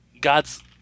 God's